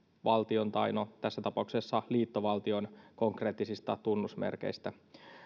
valtion tai no tässä tapauksessa liittovaltion konkreettisista tunnusmerkeistä